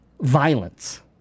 Violence